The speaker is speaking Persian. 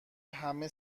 همه